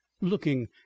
looking